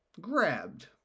grabbed